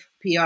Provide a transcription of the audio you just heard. PR